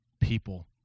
people